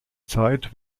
zeit